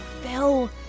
Phil